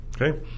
Okay